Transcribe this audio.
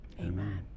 Amen